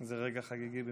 זה רגע חגיגי במיוחד.